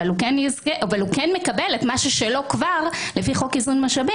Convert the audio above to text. אבל הוא כן מקבל את מה שכבר שלו לפי חוק איזון משאבים,